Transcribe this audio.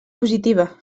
positiva